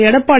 Edappadi